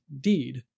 deed